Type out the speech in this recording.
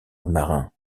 marin